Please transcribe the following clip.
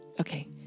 Okay